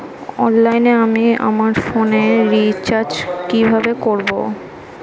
অনলাইনে আমি আমার ফোনে রিচার্জ কিভাবে করব?